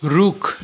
रुख